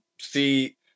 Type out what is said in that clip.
see